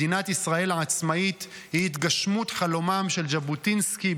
מדינת ישראל עצמאית היא התגשמות חלומם של ז'בוטינסקי,